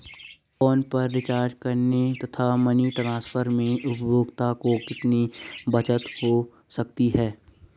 Phone पर recharge करने तथा मनी ट्रांसफर में उपभोक्ता को कितनी बचत हो सकती है?